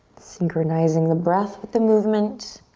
synchronizing the breath with the movement